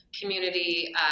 community